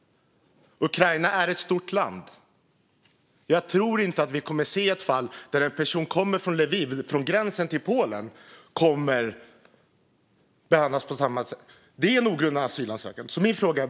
Ukraina är ett stort land. Jag tror inte att vi kommer att se ett fall där en person som kommer från Lviv, vid gränsen till Polen, behandlas på samma sätt. Det skulle vara en ogrundad asylansökan.